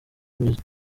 imizi